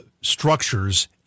structures